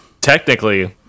technically